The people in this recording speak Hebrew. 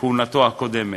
בכהונתו הקודמת,